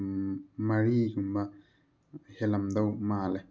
ꯃꯔꯤꯒꯨꯝꯕ ꯍꯦꯜꯂꯝꯗꯧ ꯃꯥꯜꯂꯦ